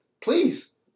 Please